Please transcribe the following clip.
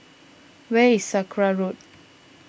where is Sakra Road